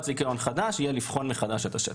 זיכיון חדש היא בחינה מחודשת של השטח.